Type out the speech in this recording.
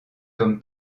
comme